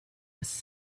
was